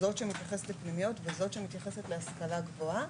זאת שמתייחסת לפנימיות וזאת שמתייחסת להשכלה גבוהה,